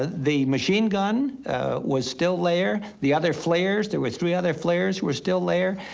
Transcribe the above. the machine gun was still there. the other flares, there were three other flares, were still there.